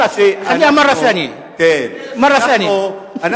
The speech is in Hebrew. (אומר בשפה הערבית: תאמר פעם נוספת.) אנחנו